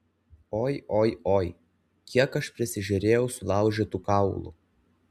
oi oi oi kiek aš prisižiūrėjau sulaužytų kaulų